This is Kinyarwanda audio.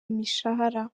imishahara